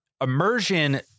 immersion